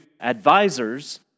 advisors